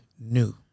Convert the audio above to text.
new